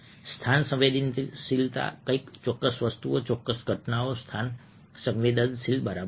સ્થાન સંવેદનશીલતા કંઈક ચોક્કસ વસ્તુઓ ચોક્કસ ઘટનાઓ સ્થાન સંવેદનશીલ બરાબર છે